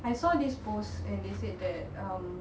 I saw this post and they said that um